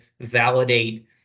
validate